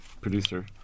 producer